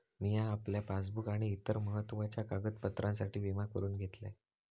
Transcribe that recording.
मिया आपल्या पासबुक आणि इतर महत्त्वाच्या कागदपत्रांसाठी विमा करून घेतलंय